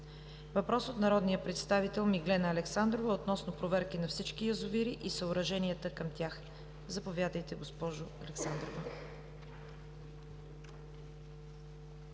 Въпрос от народния представител Миглена Александрова, относно проверки на всички язовири и съоръженията към тях. Заповядайте, госпожо Александрова.